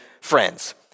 friends